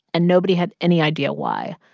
and nobody had any idea why.